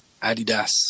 Adidas